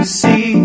see